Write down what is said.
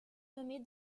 nommée